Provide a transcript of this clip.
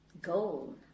Gold